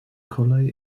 colley